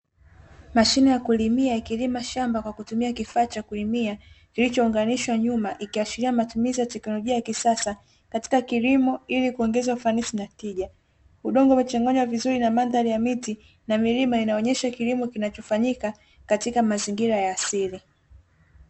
Mashine ya kulimia ikilima shamba kwa kutumia kifaa cha kulimia kilichounganishwa nyuma, ikiashiria matumizi ya teknolojia ya kisasa katika kilimo ili kuongeza ufanisi na tija, udongo umechanganya vizuri na mandhari ya miti na milima inaonyesha kilimo kinachofanyika katika mazingira ya asili.